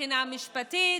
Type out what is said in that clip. מבחינה משפטית,